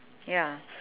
ya